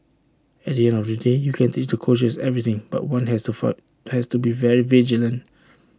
at the end of the day you can teach the coaches everything but one has to be fund has to be very vigilant